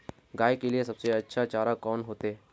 गाय के लिए सबसे अच्छा चारा कौन होते?